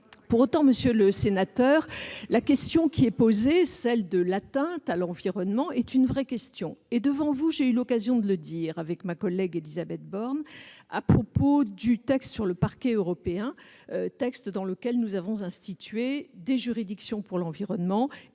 Pour autant, monsieur le sénateur, la question de l'atteinte à l'environnement est une vraie question. J'ai eu l'occasion de le dire devant vous, avec ma collègue Élisabeth Borne, à propos du texte sur le parquet européen, texte dans lequel nous avons institué des juridictions pour l'environnement